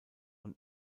und